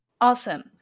Awesome